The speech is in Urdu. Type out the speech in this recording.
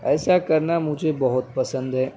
ایسا کرنا مجھے بہت پسند ہے